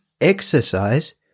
exercise